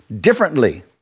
differently